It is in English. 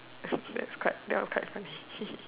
that's quite that's quite funny